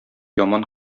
яман